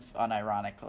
unironically